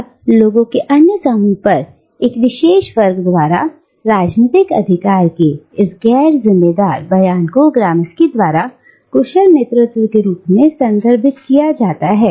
अब लोगों के अन्य समूहों पर एक विशेष वर्ग द्वारा राजनीतिक अधिकार के इस गैर जमीदार जिम्मेदार बयान को ग्राम्स्की द्वारा कुशल नेतृत्व के रूप में संदर्भित किया जाता है